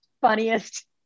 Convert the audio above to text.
funniest